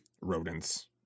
rodents